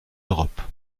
europe